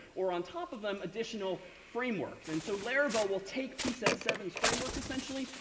or on top of them, additional frameworks. and so laravel will take p set seven s framework, essentially,